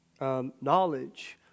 knowledge